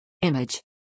Image